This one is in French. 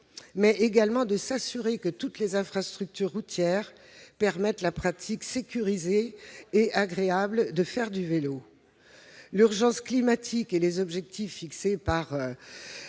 mais également de s'assurer que toutes les infrastructures routières permettent une pratique sécurisée et agréable du vélo. L'urgence climatique et les objectifs fixés par